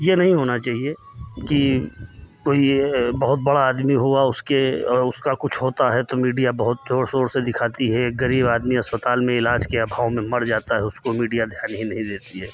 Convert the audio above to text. ये नहीं होना चाहिए कि कोई ये बहुत बड़ा आदमी हुआ उसके और उसका कुछ होता है तो मीडिया बहुत जोर शोर से दिखाती है गरीब आदमी अस्पताल में इलाज के अभाव में मर जाता है उसको मीडिया ध्यान ही नहीं देती है